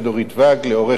לעורכת-הדין אפרת,